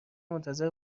منتظر